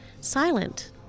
silent